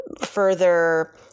further